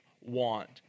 want